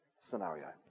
scenario